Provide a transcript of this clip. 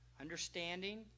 Understanding